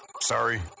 Sorry